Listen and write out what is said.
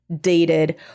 dated